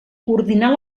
coordinar